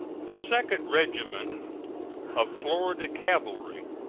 the second regiment of florida cavalry,